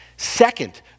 Second